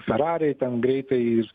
ferrari ten greitai